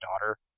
daughter